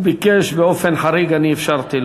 הוא ביקש, באופן חריג אני אפשרתי לו.